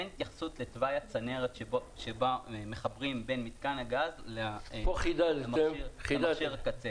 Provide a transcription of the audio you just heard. אין התייחסות לתוואי הצנרת שבה מחברים בין מתקן הגז למכשיר הקצה.